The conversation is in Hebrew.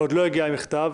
ועוד לא הגיע המכתב,